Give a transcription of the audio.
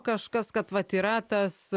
kažkas kad vat yra tas